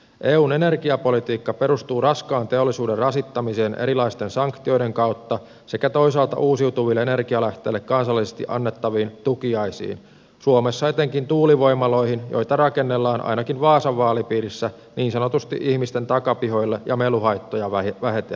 eun energiapolitiikka perustuu raskaan teollisuuden rasittamiseen erilaisten sanktioiden kautta sekä toisaalta uusiutuville energialähteille kansallisesti annettaviin tukiaisiin suomessa etenkin tuulivoimaloihin joita rakennellaan ainakin vaasan vaalipiirissä niin sanotusti ihmisten takapihoille ja meluhaittoja vähätellen